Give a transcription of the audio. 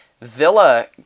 Villa